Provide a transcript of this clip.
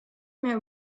mehr